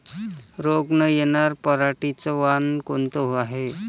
रोग न येनार पराटीचं वान कोनतं हाये?